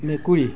মেকুৰী